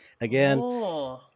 again